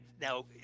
Now